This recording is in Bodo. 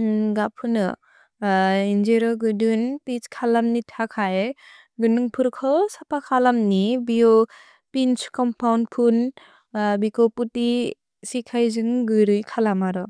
इन्जुरव् मुन्से गुदुन्ग् पिज् कलम्नु तकै गुदुन्कु सपकलम्।